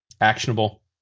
actionable